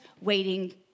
waiting